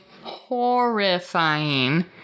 horrifying